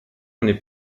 n’est